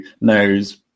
knows